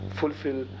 fulfill